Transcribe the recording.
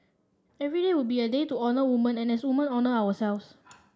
every day would be a day to honour women and as women honour ourselves